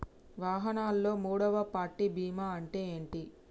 వాహనాల్లో మూడవ పార్టీ బీమా అంటే ఏంటి?